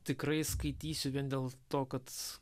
tikrai skaitysiu vien dėl to kad